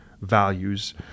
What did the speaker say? values